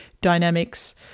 dynamics